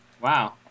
Wow